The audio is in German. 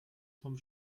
vom